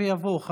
בסדר?